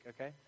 okay